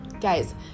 guys